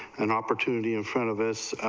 and opportunity in front of us,